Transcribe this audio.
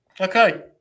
Okay